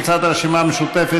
רויטל סויד,